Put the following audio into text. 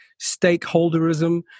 stakeholderism